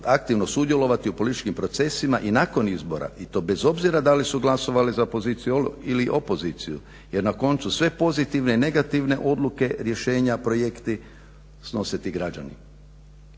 aktivno sudjelovati u političkim procesima i nakon izbora i to bez obzira da li su glasovali za poziciju ili opoziciju jer na koncu sve pozitivne i negativne odluke, rješenja, projekti snose ti građani.